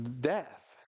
death